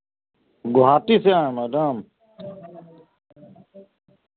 गुहाटी से आए हैं मैडम